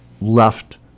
left